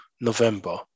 november